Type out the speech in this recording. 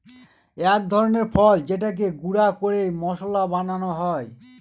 এক ধরনের ফল যেটাকে গুঁড়া করে মশলা বানানো হয়